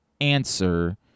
answer